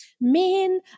Men